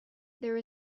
there